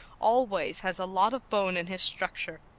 always has a lot of bone in his structure.